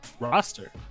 roster